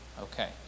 Okay